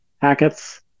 packets